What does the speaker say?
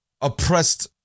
oppressed